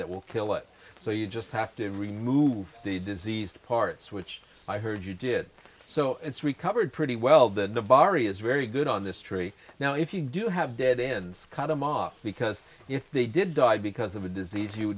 that will kill it so you just have to remove the diseased parts which i heard you did so it's recovered pretty well the bari is very good on this tree now if you do have dead ends cardamom because if they did die because of a disease you